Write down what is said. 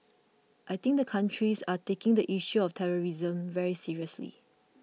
I think the countries are taking the issue of terrorism very seriously